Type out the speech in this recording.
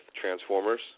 Transformers